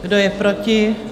Kdo je proti?